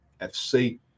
FC